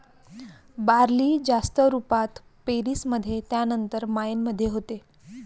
barley जास्त रुपात Paris मध्ये त्यानंतर मायेन मध्ये होते